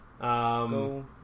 Go